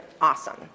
awesome